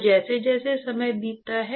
तो जैसे जैसे समय बीतता है